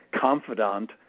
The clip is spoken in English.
confidant